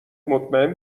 مطمئن